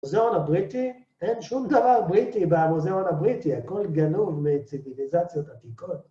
המוזיאון הבריטי, אין שום דבר בריטי במוזיאון הבריטי, הכול גנוב מציביליזציות עתיקות.